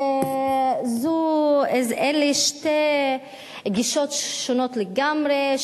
ואלה שתי גישות שונות לגמרי,